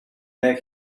back